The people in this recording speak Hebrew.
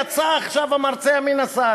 יצא עכשיו המרצע מן השק,